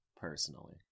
personally